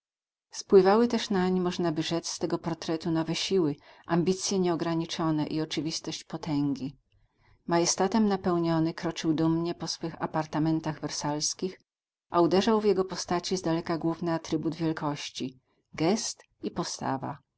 spływały też nań można by rzec z tego portretu nowe siły ambicje nieograniczone i oczywistość potęgi majestatem napełniony kroczył dumnie po swych apartamentach wersalskich a uderzał w jego postaci z daleka główny atrybut wielkości gest i postawa